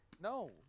No